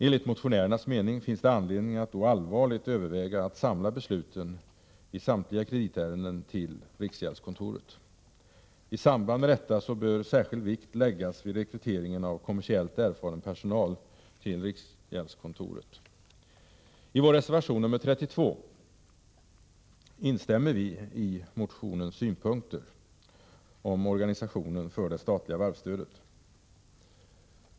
Enligt motionärernas mening finns det anledning att då allvarligt överväga att samla besluten i samtliga kreditärenden till riksgäldskontoret. I samband med detta bör särskild vikt läggas vid rekryteringen av kommersiellt erfaren personal till riksgäldskontoret. I vår reservation nr 32 instämmer vi i motionens synpunkter om organisationen för det statliga varvsstödet.